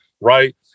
right